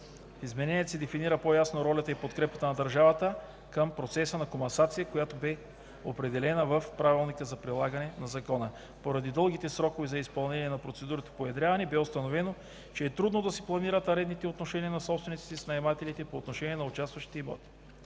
измененията се дефинира по-ясно ролята и подкрепата на държавата към процеса на комасация, която бе определена в правилника за прилагане на закона. Поради дългите срокове за изпълнение на процедурата по уедряване бе установено, че е трудно да се планират арендните отношения на собствениците с наемателите по отношение на участващите имоти.